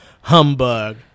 Humbug